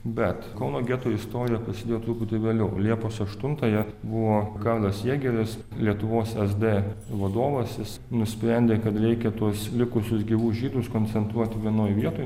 bet kauno geto istorija prasidėjo truputį vėliau liepos aštuntąją buvo karlas jėgeris lietuvos esd vadovas jis nusprendė kad reikia tuos likusius gyvus žydus koncentruoti vienoj vietoj